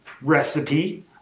recipe